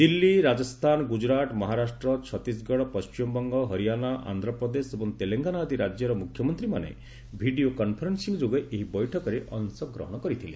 ଦିଲ୍ଲୀ ରାଜସ୍ଥାନ ଗୁଜରାଟ ମହାରାଷ୍ଟ୍ର ଛତିଶଗଡ ପଣ୍ଟିମବଙ୍ଗ ହରିଆନା ଆନ୍ଧ୍ରପ୍ରଦେଶ ଏବଂ ତେଲେଙ୍ଗାନା ଆଦି ରାଜ୍ୟର ମୁଖ୍ୟମନ୍ତ୍ରୀମାନେ ଭିଡିଓ କନଫରେନ୍ଦିଂ ଯୋଗେ ଏହି ବୈଠକରେ ଅଂଶଗ୍ରହଣ କରିଥିଲେ